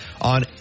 on